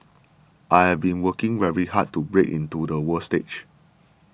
I have been working very hard to break into the world stage